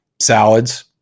salads